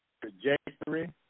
trajectory